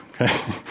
okay